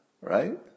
right